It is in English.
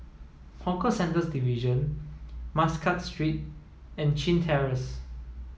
Hawker Centres Division Muscat Street and Chin Terrace